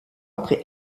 après